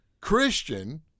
Christian